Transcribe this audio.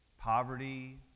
poverty